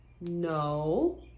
No